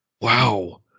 Wow